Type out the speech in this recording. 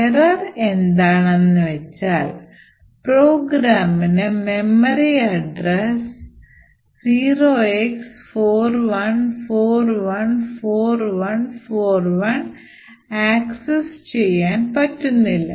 Error എന്താണെന്നുവെച്ചാൽ പ്രോഗ്രാംന് memory address 0x41414141 access ചെയ്യാൻ പറ്റുന്നില്ല